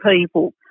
people